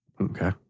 okay